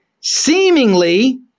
Seemingly